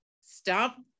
stop